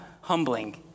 humbling